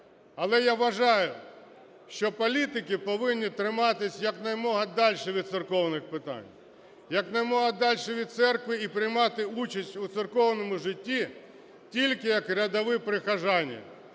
Але я вважаю, що політики повинні триматись якомога дальше від церковних питань, якомога дальше від церкви і приймати участь у церковному житті тільки як рядові прихожани,